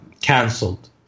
cancelled